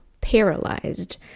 paralyzed